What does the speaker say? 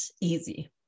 easy